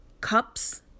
cups